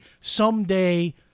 someday